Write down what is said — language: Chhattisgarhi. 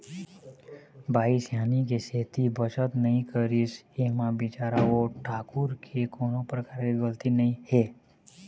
बाई सियानी के सेती बचत नइ करिस ऐमा बिचारा ओ ठाकूर के कोनो परकार के गलती नइ हे